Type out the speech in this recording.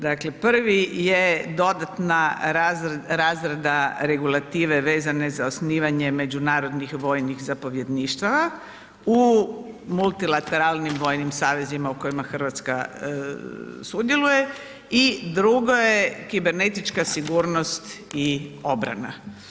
Dakle, prvi je dodatna razrada regulative vezane za osnivanje međunarodnih vojnih zapovjedništava u multilateralnim vojnim savezima u kojima Hrvatska sudjeluje i drugo je kibernetička sigurnost i obrana.